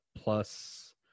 plus